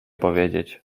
powiedzieć